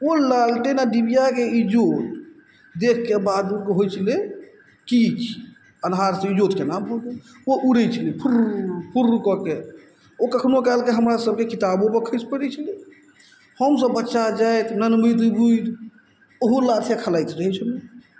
ओ लालटेन आओर डिबियाके इजोत देखके बादुरके होइ छलय की छी अनहारसँ इजोत केना भऽ गेल ओ उड़य छलय फुर्र फुर्र कऽ कए ओ कखनो काल कऽ हमरा सबके किताबोपर खसि पड़य छलय हमसब बच्चा जाति नेनमति बुद्धि ओहो लाथे खेलाइत रहय छलहुँ